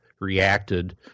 reacted